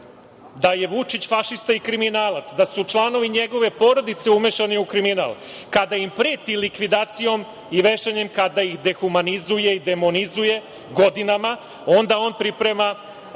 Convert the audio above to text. da je Vučić fašista i kriminalac, da su članovi njegove porodice umešane u kriminal, kada im preti likvidacijom i vešanjem, kada ih dehumanizuje i demonizuje godinama, onda on priprema